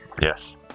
Yes